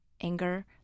anger